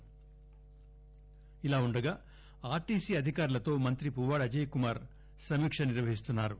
పువ్వాడ ఇలా ఉండగా ఆర్టీసీ అధికారులతో మంత్రి పువ్వాడ అజయ్ సమీక నిర్వహిస్తున్నారు